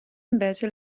invece